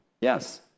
Yes